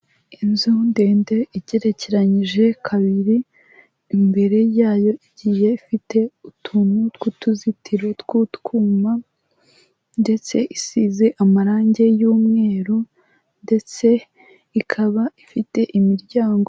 Inzu ndende, igerekeranyije kabiri, imbere yayo igiye ifite utuntu tw'utuzitiro tw'utwuma ndetse isize amarange y'umweru ndetse ikaba ifite imiryango.